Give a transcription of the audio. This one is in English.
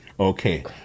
Okay